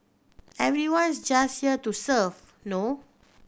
everyone's just here to serve no